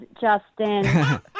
Justin